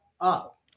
up